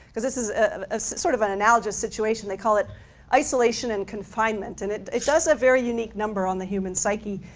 this is ah sort of an analogist situation, they call it isolation and confinement, and it it does a very unique number on the human psyche.